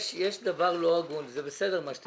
יש דבר לא הגון, זה בסדר מה שאתם אומרים.